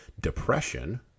Depression